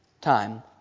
time